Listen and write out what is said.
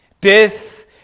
Death